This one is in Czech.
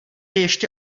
ještě